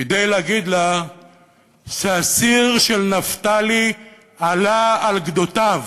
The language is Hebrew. כדי להגיד לה שהסיר של נפתלי עלה על גדותיו.